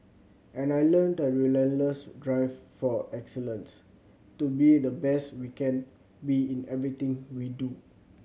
and I learnt a relentless drive for excellence to be the best we can be in everything we do